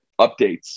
updates